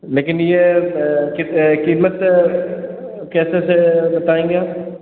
लेकिन ये कित कीमत कैसे से बताएँगे हम